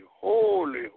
holy